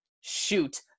Shoot